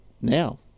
now